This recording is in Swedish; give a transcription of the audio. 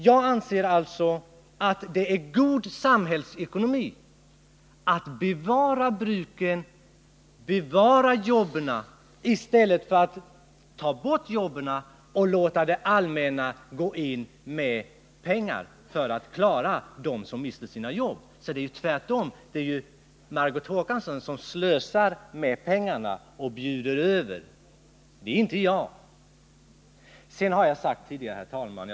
Jag anser alltså att det är god samhällsekonomi att bevara bruken och bevara jobben där i stället för att ta bort jobben och låta det allmänna gå in med pengar för att de som mister sina jobb skall klara sig. Det är tvärtemot vad Margot Håkansson säger: Det är Margot Håkansson som slösar med pengar och bjuder över — det är inte jag. Jag skall sluta med, herr talman.